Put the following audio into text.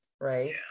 right